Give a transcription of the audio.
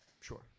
sure